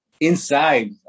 inside